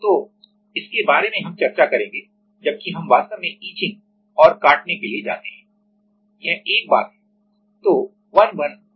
तो इसके बारे में हम चर्चा करेंगे जबकि हम वास्तव में ईचिंग etching और काटने के लिए जाते हैं यह एक बात है